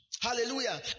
hallelujah